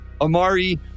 Amari